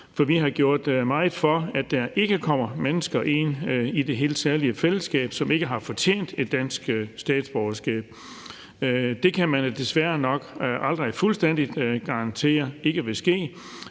for vi har gjort meget for, at der ikke kommer mennesker ind i det helt særlige fællesskab, som ikke har fortjent et dansk statsborgerskab. Det kan man desværre nok aldrig fuldstændig garantere, men det